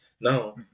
Now